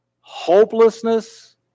hopelessness